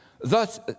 thus